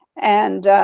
and